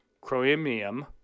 Chromium